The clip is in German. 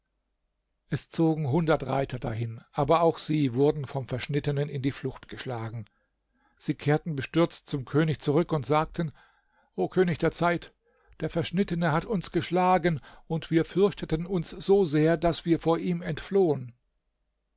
es zogen hundert reiter dahin aber auch sie wurden vom verschnittenen in die flucht geschlagen sie kehrten bestürzt zum könig zurück und sagten o könig der zeit der verschnittene hat uns geschlagen und wir fürchteten uns so sehr daß wir vor ihm entflohen